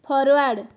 forward